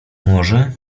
może